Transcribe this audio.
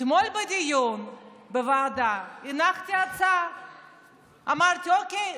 אתמול בדיון בוועדה הנחתי הצעה אמרתי: אוקיי,